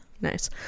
Nice